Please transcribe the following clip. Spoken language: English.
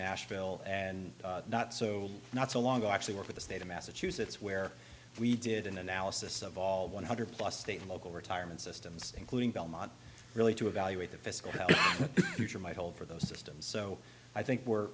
nashville and not so not so long to actually work with the state of massachusetts where we did an analysis of all one hundred plus state and local retirement systems including belmont really to evaluate the fiscal future might hold for those systems so i think we're